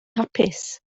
hapus